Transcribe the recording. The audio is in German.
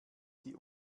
sie